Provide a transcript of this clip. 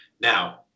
now